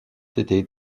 été